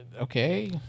Okay